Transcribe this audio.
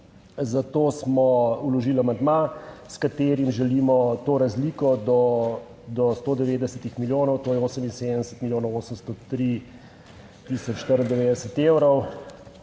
zato smo vložili amandma, s katerim želimo to razliko do 190 milijonov, to je 78 milijonov 803 tisoč 94 evrov